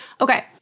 okay